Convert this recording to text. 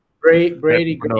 Brady